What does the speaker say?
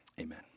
amen